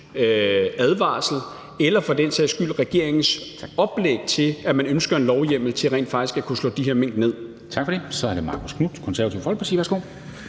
advarsel eller for den sags skyld regeringens oplæg til, at man ønsker en lovhjemmel til rent faktisk at kunne slå de her mink ned. Kl. 11:02 Formanden (Henrik Dam Kristensen): Tak for det. Så er det hr. Marcus Knuth, Det Konservative Folkeparti. Værsgo.